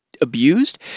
abused